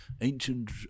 ancient